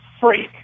freak